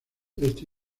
este